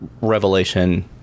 Revelation